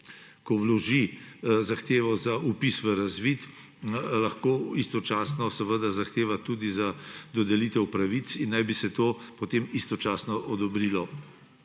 vloži zahtevo za vpis v razvid, lahko istočasno zahteva tudi za dodelitev pravic in naj bi se to potem istočasno odobrilo.